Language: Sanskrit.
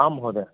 आं महोदय